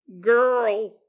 Girl